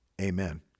Amen